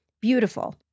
Beautiful